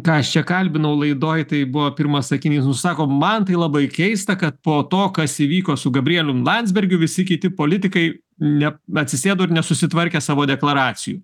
ką aš čia kalbinau laidoj tai buvo pirmas sakinys nu sako man tai labai keista kad po to kas įvyko su gabrielium landsbergiu visi kiti politikai neatsisėdo ir nesusitvarkė savo deklaracijų